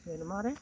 ᱥᱮᱨᱢᱟᱨᱮ